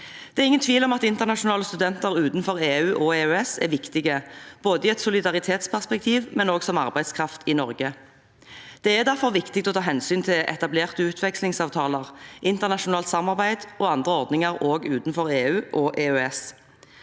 Det er ingen tvil om at internasjonale studenter utenfor EU og EØS er viktig, både i et solidaritetsperspektiv og som arbeidskraft i Norge. Det er derfor viktig å ta hensyn til etablerte utvekslingsavtaler, internasjonalt samarbeid og andre ordninger også utenfor EU og EØS.